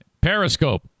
Periscope